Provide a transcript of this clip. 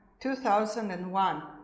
2001